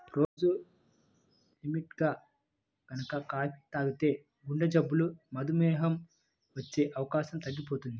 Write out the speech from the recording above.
రోజూ లిమిట్గా గనక కాపీ తాగితే గుండెజబ్బులు, మధుమేహం వచ్చే అవకాశం తగ్గిపోతది